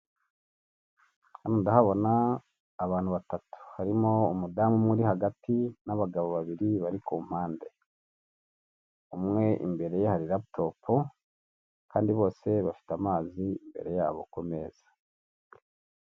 Hano ndahabona abantu batatu hari umudamu uri hagati n'abagabo babiri bari kumpande umwe imbere ye hari laptop kandi bose bafite amazi imbere yabo ku meza.